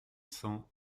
cents